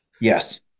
Yes